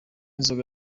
inzoga